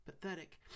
pathetic